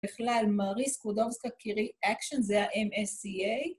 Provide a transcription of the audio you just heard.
בכלל, מריס קודונסקה קירי אקשן, זה ה-MSCA.